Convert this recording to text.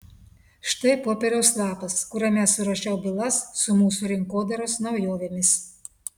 štai popieriaus lapas kuriame surašiau bylas su mūsų rinkodaros naujovėmis